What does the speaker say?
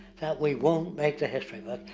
that we won't make the history book.